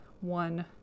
one